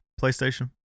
PlayStation